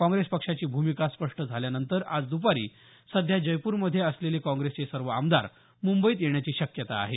काँग्रेस पक्षाची भूमिका स्पष्ट झाल्यानंतर आज दपारी सध्या जयपूरमध्ये असलेले काँग्रेसचे सर्व आमदार मुंबईत येण्याची शक्यता आहे